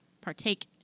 partake